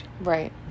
right